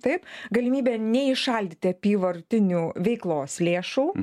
taip galimybė neįšaldyti apyvartinių veiklos lėšų